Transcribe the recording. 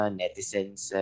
netizens